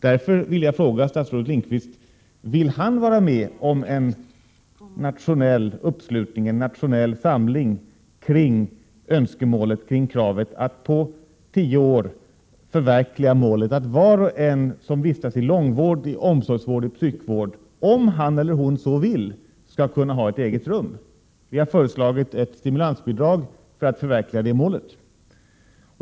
Därför vill jag ställa en fråga: Vill statsrådet Lindqvist vara med om en nationell uppslutning, en nationell samling, kring kravet att inom tio år förverkliga målet att var och en som vistas i långvård, omsorgsvård och psykvård, om han eller hon så vill, skall kunna ha ett eget rum? Vi har föreslagit ett stimulansbidrag för att förverkliga det målet.